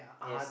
yes